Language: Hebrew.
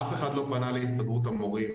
אף אחד לא פנה להסתדרות המורים,